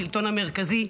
השלטון המרכזי,